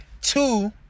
Two